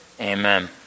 Amen